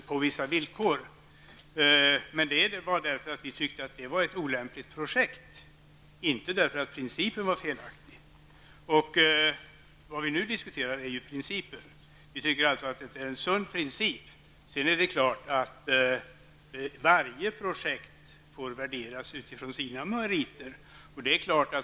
Att vi inte ställde upp på det var för att vi tyckte att det var ett olämpligt projekt, inte för att principen var felaktig. Det vi nu diskuterar är principen. Vi tycker alltså att det är en sund princip. Sedan är det klart att varje projekt får värderas utifrån sina meriter.